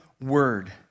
word